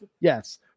Yes